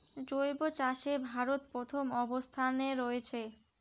জৈব চাষে ভারত প্রথম অবস্থানে রয়েছে